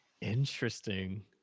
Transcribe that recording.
Interesting